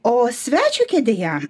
o svečio kėdėje